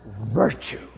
virtue